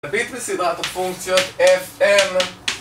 נביט בסדרת הפונקציות FM